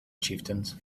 chieftains